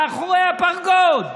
מאחורי הפרגוד.